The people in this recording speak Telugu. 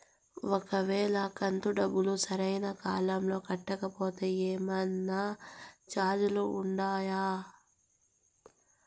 ఒక వేళ కంతు డబ్బు సరైన కాలంలో కట్టకపోతే ఏమన్నా చార్జీలు ఉండాయా?